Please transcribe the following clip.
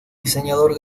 diseñador